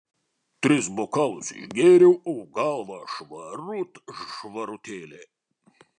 tris bokalus išgėriau o galva švarut švarutėlė